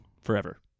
Forever